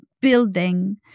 building